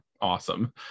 awesome